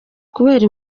kubera